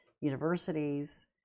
universities